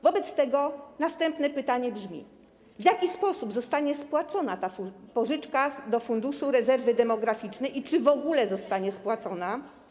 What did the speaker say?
Wobec tego następne pytanie brzmi: W jaki sposób zostanie spłacona ta pożyczka do Funduszu Rezerwy Demograficznej i czy w ogóle zostanie spłacona?